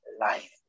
life